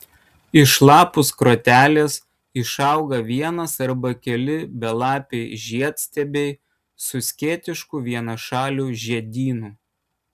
iš lapų skrotelės išauga vienas arba keli belapiai žiedstiebiai su skėtišku vienašaliu žiedynu